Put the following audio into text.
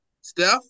Steph